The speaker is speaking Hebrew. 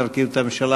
תודה למזכירת הכנסת.